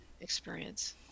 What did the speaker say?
experience